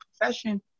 profession